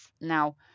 Now